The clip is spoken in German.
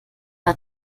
hat